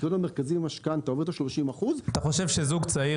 הקריטריון המרכזי במשכנתא עומד על 30% --- אתה חושב שזוג צעיר